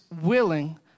willing